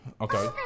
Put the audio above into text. Okay